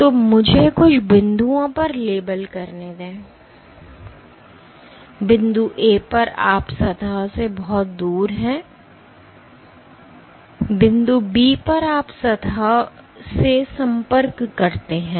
तो मुझे कुछ बिंदुओं पर लेबल करने दें बिंदु A पर आप सतह से बहुत दूर हैं बिंदु B पर आप सतह से संपर्क करते हैं